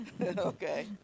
Okay